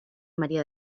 maría